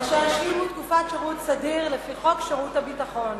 אשר השלימו תקופת שירות סדיר לפי חוק שירות הביטחון,